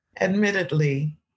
Admittedly